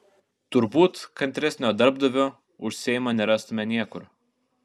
turbūt kantresnio darbdavio už seimą nerastumėme niekur